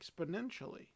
exponentially